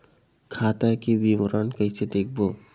खाता के विवरण कइसे देखबो?